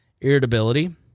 irritability